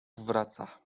wraca